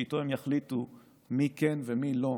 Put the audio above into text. שאיתו הם יחליטו מי כן ומי לא.